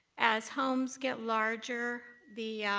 as homes get larger, the